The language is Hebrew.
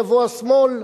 יבוא השמאל.